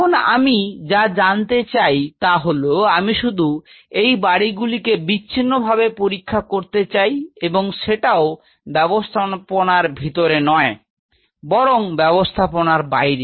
এখন আমি যা জানতে চাই তা হল আমি শুধু এই বাড়িগুলিকে বিচ্ছিন্ন ভাবে পরীক্ষা করতে চাই এবং সেটাও ব্যাবস্থাপনার ভিতরে নয় বরং ব্যাবস্থাপনার বাইরে